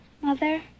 Mother